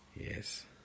Yes